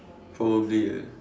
probably eh